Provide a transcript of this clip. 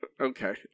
Okay